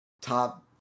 top